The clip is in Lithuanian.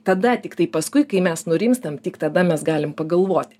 tada tiktai paskui kai mes nurimstam tik tada mes galim pagalvoti